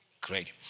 Great